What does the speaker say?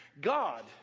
God